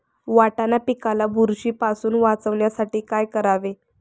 वाटाणा पिकाला बुरशीपासून वाचवण्यासाठी काय करावे?